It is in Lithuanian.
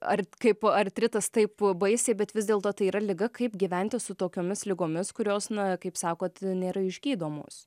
ar kaip artritas taip baisiai bet vis dėlto tai yra liga kaip gyventi su tokiomis ligomis kurios na kaip sakot nėra išgydomos